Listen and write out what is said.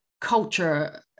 culture